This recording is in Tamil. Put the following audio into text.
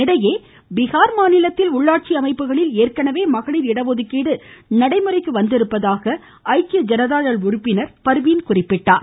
இதனிடையே பீகார் மாநிலத்தில் உள்ளாட்சி அமைப்புகளில் ஏற்கெனவே மகளிர் இடஒதுக்கீடு நடைமுறைக்கு வந்திருப்பதாக ஐக்கிய ஜனதா தள் உறுப்பினர் பர்வீன் குறிப்பிட்டார்